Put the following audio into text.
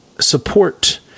support